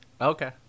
okay